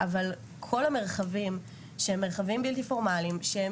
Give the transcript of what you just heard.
אבל כל המרחבים שהם בלתי פורמליים,